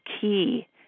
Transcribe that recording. key